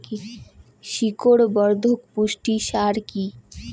শিকড় বর্ধক পুষ্টি সার কি?